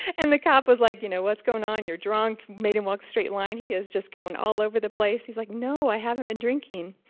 and the cop was like you know what's going on, you're drunk, made him walk straight line. he is just going all over the place. he's like no, i haven't been drinking.